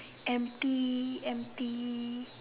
empty empty